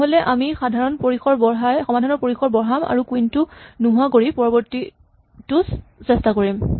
নহ'লে আমি সমাধানৰ পৰিসৰ বঢ়াম আৰু কুইন টো নোহোৱা কৰি পৰৱৰ্তীটো চেষ্টা কৰিম